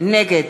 נגד